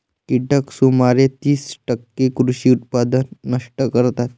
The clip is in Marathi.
कीटक सुमारे तीस टक्के कृषी उत्पादन नष्ट करतात